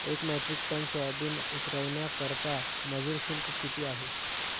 एक metric ton soybean उतरवण्याकरता मजूर शुल्क किती आहे?